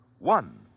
One